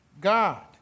God